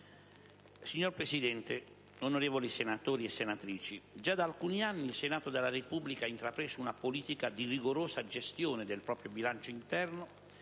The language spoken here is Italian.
Signor Presidente, onorevoli senatrici e senatori, già da alcuni anni il Senato della Repubblica ha intrapreso una politica di rigorosa gestione del proprio bilancio interno,